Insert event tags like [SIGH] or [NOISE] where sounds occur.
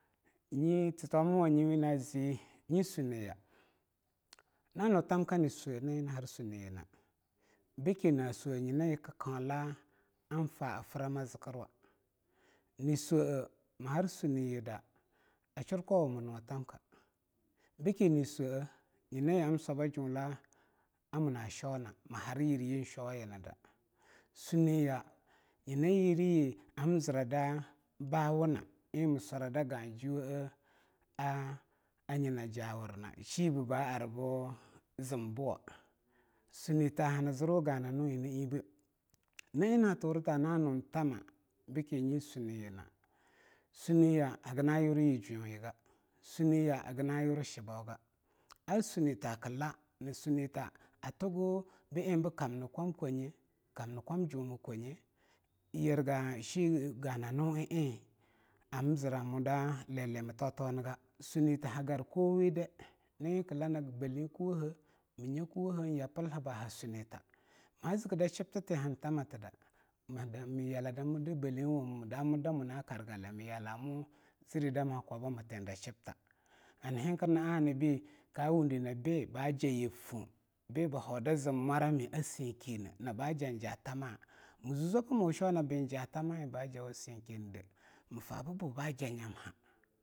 Nye thitomiwanye wina zii nyi sunniya na nuthamka nii swea nii har swaninya bikki na swea nyina yii kikkaungla ang faa frama fakkiwa nii swea mii har sunniyi da a shur kaungwa mii nuwa thamka bikki nii swea nyina yii ham swaba juunlaa a munna shwaw na mii har yiryi sheawayina da sunni ya nyina yiriyi am zira da baa wungna eing mi swara da gahjunwowane aa aa anyi na jawurna sheabe ba arbu zimbuwa sunnita hani zirwu gananu eing na eing be [NOISE] naa eing naaturita naa nung thamma bikki nyi sunniyina sunniya sunniya hagina yiurein yii juunyigaa sunniya hagina yuri shibboga an sunnita kii laa naa sunnita aa tuggu bea eing bei kamni kwam kwanye kanni kulam juunmii kwanye, yirge shea ganama eing am ziro mu da lealemi taung-taungniga sunnita ha garkuwowedea naga erring kii lar na balean kuwowe minya kuwohe yapilhebo bii ha Sunnite ma zikki da shibbati han tamahinida mii yaala da bale a wamo damun a muna kargale mii yalamu ziddi daa maa kwaba mii tuenda shibta hani henkir na anabi ko wundi na bii ba jaah yib foang bii buhoa da zim mwarame a seakinei naa baa jaah-jaang thamma mii zue zwa ba mu sheau naa bii jaah tamaeing baa jawa sinkinide mii fa bii buh ba jaa nyamhaa.